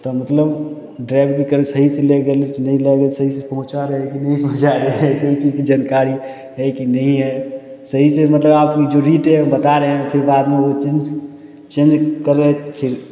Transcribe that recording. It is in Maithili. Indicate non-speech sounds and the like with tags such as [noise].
तऽ मतलब ड्राइवरी करै सही से लै गेलै कि नहि लए गेल सही से पहुँचा दै हइ कि नहि पहुँचा दै हइ कोइ चीजके जानकारी हइ कि नहि हइ सही से मतलब आप जो भी टाइम बता रहे हय फिर बाद मे वो चेन्ज चेन्ज करबै [unintelligible] फिर